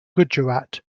gujarat